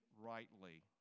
rightly